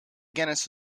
genus